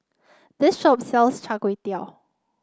this shop sells Char Kway Teow